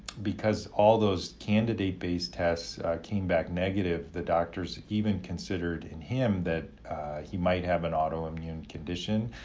because all those candidate based tests came back negative, the doctors even considered in him that he might have an autoimmune condition.